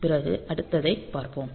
பிறகு அடுத்ததைப் பார்ப்போம்